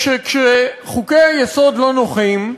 כשחוקי-היסוד לא נוחים,